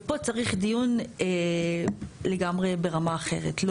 ופה צריך דיון לגמרי ברמה אחרת.